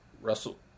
Russell